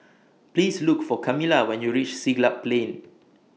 Please Look For Camilla when YOU REACH Siglap Plain